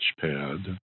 touchpad